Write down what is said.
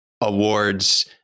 awards